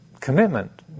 commitment